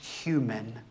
human